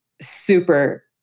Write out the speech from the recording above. super